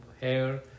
hair